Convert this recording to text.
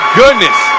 goodness